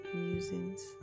musings